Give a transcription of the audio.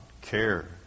care